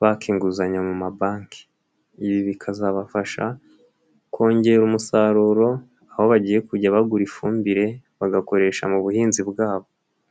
ba baka inguzanyo mu mabanki, ibi bikazabafasha kongera umusaruro, aho bagiye kujya bagura ifumbire bagakoresha mu buhinzi bwabo.